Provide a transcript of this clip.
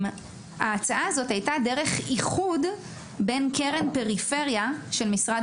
ההצעה הזאת הייתה דרך איחוד בין קרן פריפריה של משרד